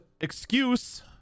excuse